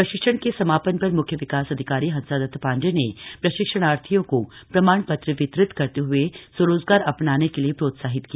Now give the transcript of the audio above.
प्रशिक्षण के समापन पर मुख्य विकास अधिकारी हंसादत्त पांडे ने प्रशिक्षणार्थियो को प्रमाण पत्र वितरित करते हुए स्वरोजगार अपनाने के लिए प्रोत्साहित किया